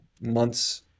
months